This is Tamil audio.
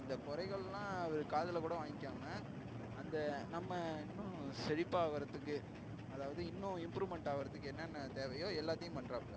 இந்தக் குறைகள்லாம் அவர் காதில் கூட வாங்கிக்காமல் அந்த நம்ம இன்னும் செழிப்பாக வரதுக்கு அதாவது இன்னும் இம்ப்ரூவ்மெண்ட் ஆகுறதுக்கு என்னென்ன தேவையோ எல்லாத்தையும் பண்ணுறாப்ல